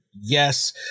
Yes